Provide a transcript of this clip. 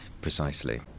Precisely